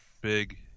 big